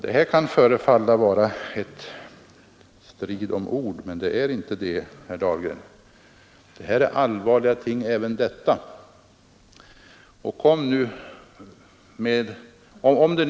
Det här kan förefalla vara en strid om ord, men det är det inte herr Dahlgren, utan detta gäller allvarliga ting.